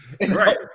Right